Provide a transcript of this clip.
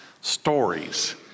stories